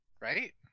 Right